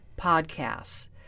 podcasts